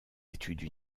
études